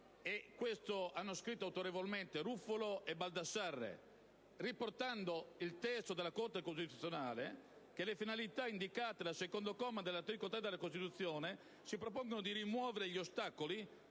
quanto hanno scritto peraltro autorevolmente anche Ruffolo e Baldassarre), riportando il testo della Corte costituzionale, secondo cui le finalità indicate dal secondo comma dell'articolo 3 della Costituzione si propongono di rimuovere gli ostacoli